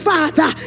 Father